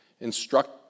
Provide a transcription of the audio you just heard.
instruct